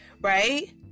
right